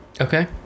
okay